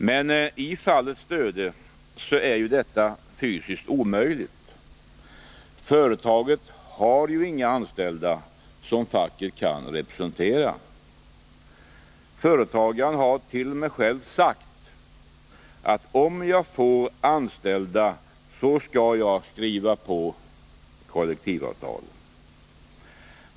Men i fallet Stöde är detta fysiskt omöjligt. Företaget har ju inga anställda som facket kan representera. Företagaren hart.o.m. själv sagt att ”om jag får anställda så skall jag skriva på kollektivavtal.